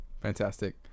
fantastic